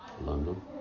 London